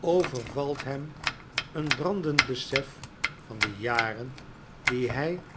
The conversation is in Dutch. overvalt hem een brandend besef van de jaren die hij